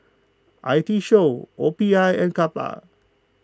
I T show O P I and Kappa